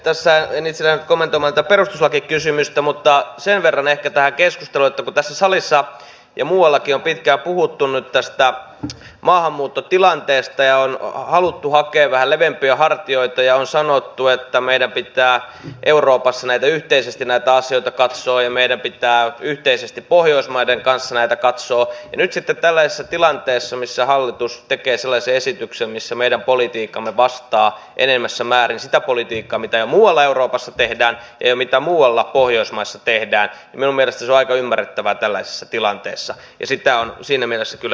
tässä en itse lähde nyt kommentoimaan tätä perustuslakikysymystä mutta sen verran ehkä tähän keskusteluun että kun tässä salissa ja muuallakin on pitkään puhuttu tästä maahanmuuttotilanteesta ja on haluttu hakea vähän leveämpiä hartioita ja on sanottu että meidän pitää euroopassa yhteisesti näitä asioita katsoa ja meidän pitää yhteisesti pohjoismaiden kanssa näitä katsoa niin nyt sitten tällaisessa tilanteessa missä hallitus tekee sellaisen esityksen missä meidän politiikkamme vastaa enemmässä määrin sitä politiikkaa mitä jo muualla euroopassa tehdään ja mitä muualla pohjoismaissa tehdään minun mielestäni se on aika ymmärrettävää ja sitä on siinä mielessä kyllä helppo tukea